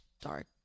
dark